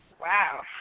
Wow